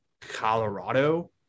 Colorado